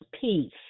peace